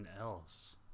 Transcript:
else